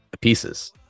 pieces